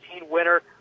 winner